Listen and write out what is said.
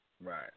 Right